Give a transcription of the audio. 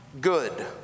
good